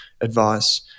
advice